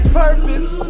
purpose